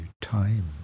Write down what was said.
time